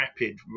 rapid